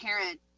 parent